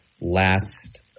last